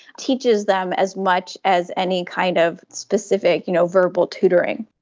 teaches them as much as any kind of specific you know verbal tutoring.